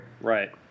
Right